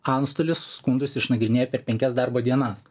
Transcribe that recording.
antstolis skundus išnagrinėja per penkias darbo dienas